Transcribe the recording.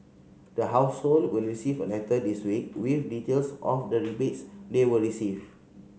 the household will receive a letter this week with details of the rebates they will receive